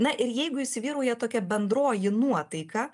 na ir jeigu įsivyrauja tokia bendroji nuotaika